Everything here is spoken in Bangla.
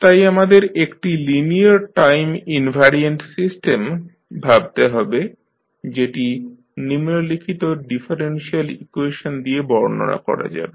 তাই আমাদের একটি লিনিয়ার টাইম ইনভ্যারিয়ান্ট সিস্টেম ভাবতে হবে যেটি নিম্নলিখিত ডিফারেনশিয়াল ইকুয়েশন দিয়ে বর্ণনা করা যাবে